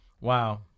Wow